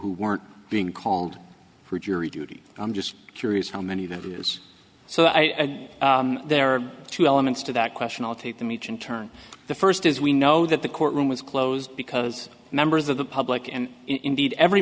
who weren't being called for jury duty i'm just curious how many that is so i said there are two elements to that question i'll take them each in turn the first is we know that the courtroom was closed because members of the public and indeed every